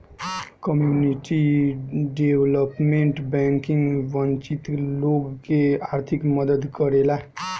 community development bank वंचित लोग के आर्थिक मदद करेला